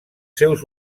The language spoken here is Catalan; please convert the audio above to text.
seus